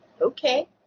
Okay